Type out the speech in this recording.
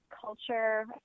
culture